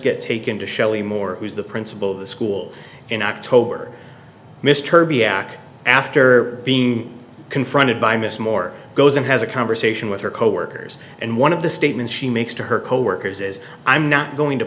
get taken to shelley moore who's the principal of the school in october mr b ack after being confronted by miss moore goes and has a conversation with her coworkers and one of the statements he makes to her coworkers is i'm not going to